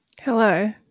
Hello